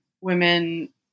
women